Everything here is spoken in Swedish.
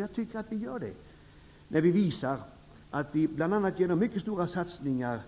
Jag tycker att vi gör det när vi visar att vi, bl.a. genom att göra mycket stora satsningar